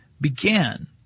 began